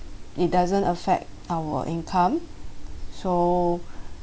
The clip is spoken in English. it doesn't affect our income so